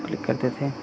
click करते थे